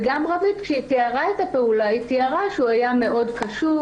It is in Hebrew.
וגם רביד כשהיא תיארה את הפעולה היא תיארה שהוא היה מאוד קשוב.